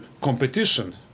competition